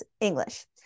English